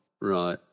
Right